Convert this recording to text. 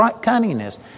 cunningness